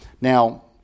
Now